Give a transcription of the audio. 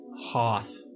Hoth